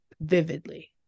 vividly